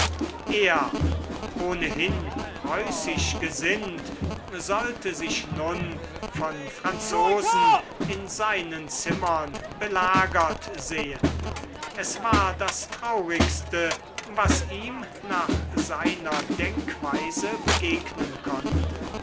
er ohnehin preußisch gesinnt sollte sich nun von franzosen in seinen zimmern belagert sehen es war das traurigste was ihm nach seiner denkweise begegnen konnte